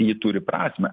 ji turi prasmę